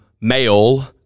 male